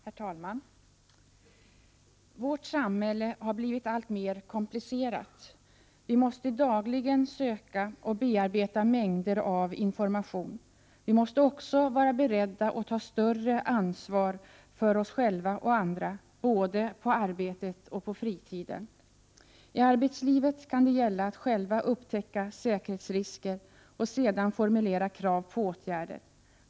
Herr talman! Vårt samhälle har blivit alltmer komplicerat. Vi måste dagligen söka och bearbeta mängder av information. Vi måste också vara beredda att ta större ansvar för oss själva och andra, både på arbetet och på fritiden. I arbetslivet kan det gälla att själva upptäcka säkerhetsrisker och sedan formulera krav på åtgärder.